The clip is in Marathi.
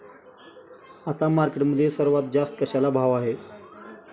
आता मार्केटमध्ये सर्वात जास्त कशाला भाव आहे?